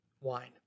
wine